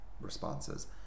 responses